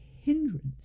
hindrance